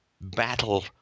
battle